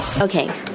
Okay